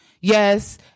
Yes